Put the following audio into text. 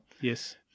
Yes